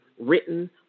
written